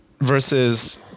versus